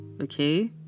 Okay